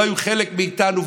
לא היו חלק מאיתנו,